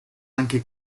anche